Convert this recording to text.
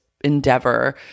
endeavor